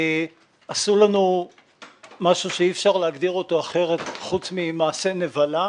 עשו לנו משהו שאי אפשר להגדיר אותו אחרת מאשר מעשה נבלה.